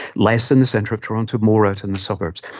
less in the centre of toronto, more out in the suburbs.